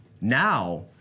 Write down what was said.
Now